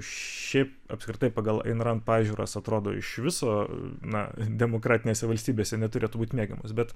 šiaip apskritai pagal inran pažiūras atrodo iš viso na demokratinėse valstybėse neturėt būti mėgiamas bet